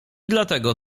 dlatego